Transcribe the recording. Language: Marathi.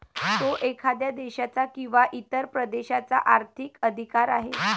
तो एखाद्या देशाचा किंवा इतर प्रदेशाचा आर्थिक अधिकार आहे